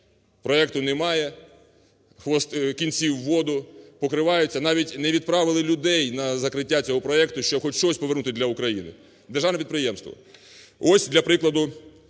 Проекту немає, кінці в воду, покриваються навіть не відправили людей на закриття цього проекту, щоб хоч щось повернути для України. Державне підприємство. Ось, для прикладу,